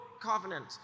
covenant